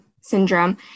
syndrome